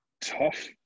tough